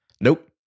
Nope